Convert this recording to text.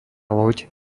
loď